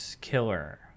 killer